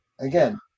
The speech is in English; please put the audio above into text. again